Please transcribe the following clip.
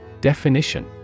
Definition